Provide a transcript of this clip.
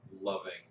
loving